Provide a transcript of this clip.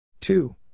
Two